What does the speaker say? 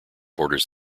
borders